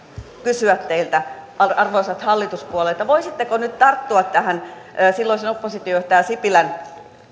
kysyä teiltä arvoisat hallituspuolueet voisitteko nyt tarttua tähän silloisen oppositiojohtaja sipilän